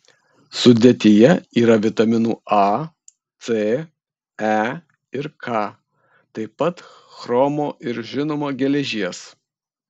sudėtyje yra vitaminų a c e ir k taip pat chromo ir žinoma geležies